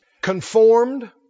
Conformed